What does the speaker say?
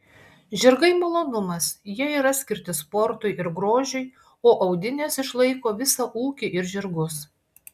žirgai malonumas jie yra skirti sportui ir grožiui o audinės išlaiko visą ūkį ir žirgus